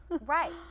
right